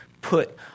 put